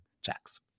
checks